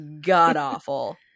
god-awful